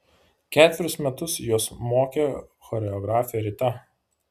ketverius metus juos mokė choreografė rita